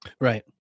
Right